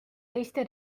teiste